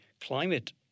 climate